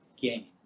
gain